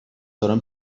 دارم